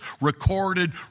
recorded